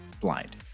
blind